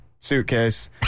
suitcase